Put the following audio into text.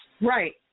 Right